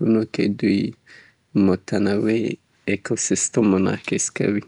مختلف وي. د مختلف اېکو سیستم، ، اغیزمنیي او مختلف ډولونه لري.